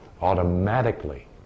automatically